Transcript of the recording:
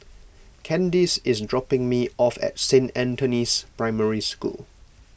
Kandice is dropping me off at Saint Anthony's Primary School